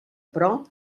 però